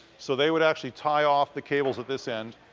so they would actually tie off the cables at this end